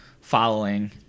following